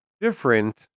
different